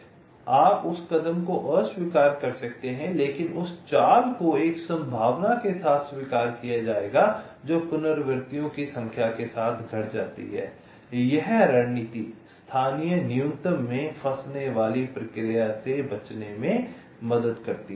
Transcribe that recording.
तो आप उस कदम को अस्वीकार कर सकते हैं लेकिन उस चाल को एक संभावना के साथ स्वीकार किया जाएगा जो पुनरावृत्तियों की संख्या के साथ घट जाती है यह रणनीति स्थानीय मिनीमा में फंसने वाली प्रक्रिया से बचने में मदद करती है